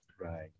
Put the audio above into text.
Right